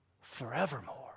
Forevermore